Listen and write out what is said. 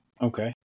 Okay